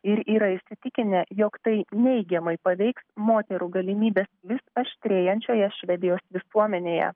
ir yra įsitikinę jog tai neigiamai paveiks moterų galimybes vis aštrėjančioje švedijos visuomenėje